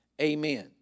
amen